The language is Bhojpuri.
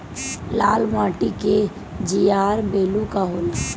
लाल माटी के जीआर बैलू का होला?